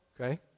okay